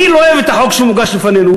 אני לא אוהב את החוק שמוגש לפנינו,